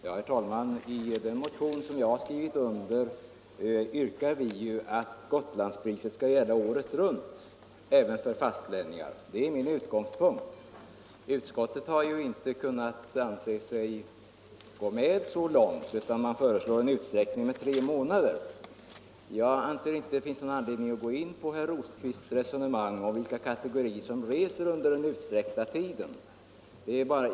Herr talman! I den motion som jag har skrivit under yrkar vi ju att Gotlandspriset skall gälla året runt även för fastlänningar. Det är min utgångspunkt. Utskottet har inte ansett sig kunna få med så långt utan man föreslår en utsträckning med tre .månader. Jag anser inte att det finns någon anledning att gå in på herr Rosqvists resonemang om vilken kategori som reser under den utsträckta tiden.